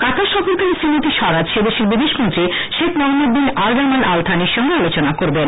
কাতার সফরকালে শ্রীমতি স্বরাজ সে দেশের বিদেশ মন্ত্রী Sheikh Mohammed bin Abdul Rahman Al Thani র সঙ্গে আলোচনা করবেন